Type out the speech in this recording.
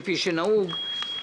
כנהוג,